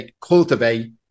cultivate